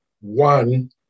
One